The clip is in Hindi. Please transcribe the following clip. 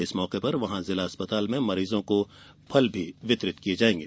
इस मौके पर जिला अस्पताल में मरीजों को फल वितरित किये जायेंगे